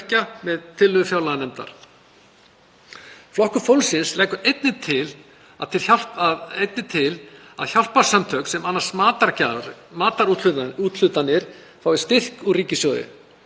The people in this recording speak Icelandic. með tillögu fjárlaganefndar. Flokkur fólksins leggur einnig til að hjálparsamtök sem annast matargjafir, matarúthlutanir, fái styrk úr ríkissjóði.